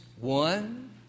One